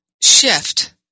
shift